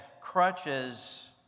crutches